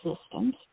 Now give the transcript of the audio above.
systems